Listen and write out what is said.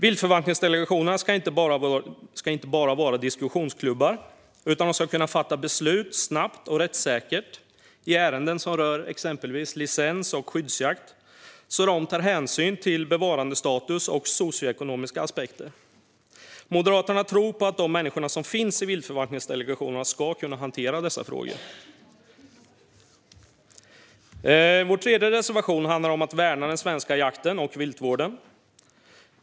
Viltförvaltningsdelegationerna ska inte bara vara diskussionsklubbar, utan de ska kunna fatta snabba och rättssäkra beslut i ärenden som rör exempelvis licens och skyddsjakt så att hänsyn tas till bevarandestatus och socioekonomiska aspekter. Moderaterna tror på att de människor som finns i viltförvaltningsdelegationerna ska kunna hantera dessa frågor. Vår tredje reservation handlar om att värna den svenska jakten och viltvården.